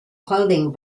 clothing